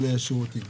שירותים.